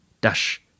dash